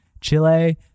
chile